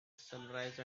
sunrise